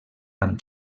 amb